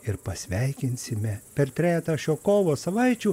ir pasveikinsime per trejetą šio kovo savaičių